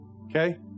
Okay